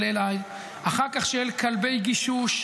של AI, אחר כך, של כלבי גישוש.